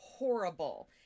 horrible